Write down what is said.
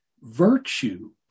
virtue